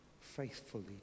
faithfully